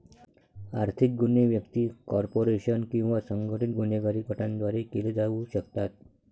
आर्थिक गुन्हे व्यक्ती, कॉर्पोरेशन किंवा संघटित गुन्हेगारी गटांद्वारे केले जाऊ शकतात